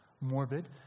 morbid